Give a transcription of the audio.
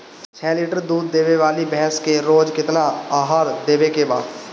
छह लीटर दूध देवे वाली भैंस के रोज केतना आहार देवे के बा?